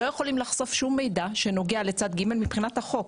לא יכולים לחשוף שום מידע שנוגע לצד ג' מבחינת החוק.